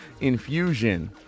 infusion